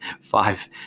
five